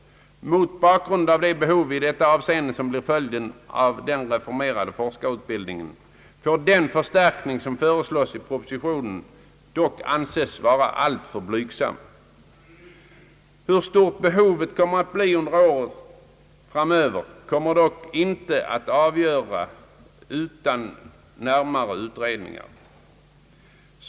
Mot bakgrunden av det behov i detta avseende som blir följden av den reformerade forskarutbildningen får den förstärkning som föreslås i propositionen dock anses vara alltför blygsam. Hur stort behovet kommer att bli under åren framöver går dock inte att avgöra utan närmare utredningar.